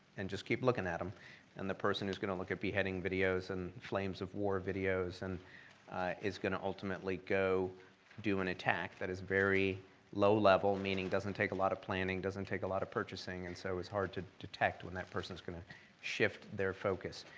and just keep looking at um and the person whose gonna look at beheading videos, and flames of war videos, and is gonna ultimately go do an attack that is very low-level meaning doesn't take a lot of planning, doesn't take a lot of purchasing, and so it's hard to detect when that persons gonna shift their focus.